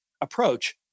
approach